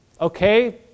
Okay